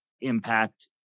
impact